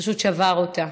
פשוט שבר אותה,